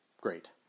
great